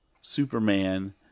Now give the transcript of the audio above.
Superman